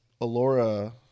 Alora